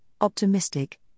optimistic